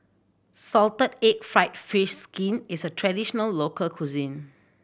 salted egg fried fish skin is a traditional local cuisine